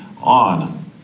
on